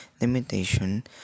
limitation